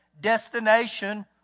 destination